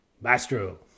Maestro